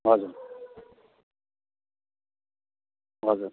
हजुर हजुर